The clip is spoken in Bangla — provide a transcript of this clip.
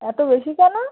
এত বেশি কেন